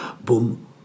boom